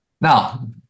Now